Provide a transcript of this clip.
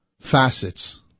facets